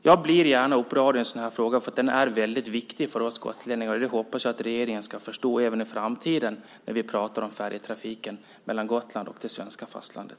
Jag blir gärna upprörd i en sådan här fråga, eftersom den är väldigt viktig för oss gotlänningar. Det hoppas jag att regeringen ska förstå även i framtiden när vi pratar om färjetrafiken mellan Gotland och det svenska fastlandet.